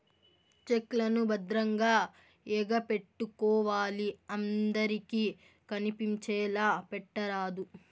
check లను భద్రంగా ఎగపెట్టుకోవాలి అందరికి కనిపించేలా పెట్టరాదు